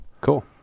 Cool